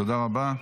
תודה רבה.